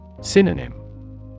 Synonym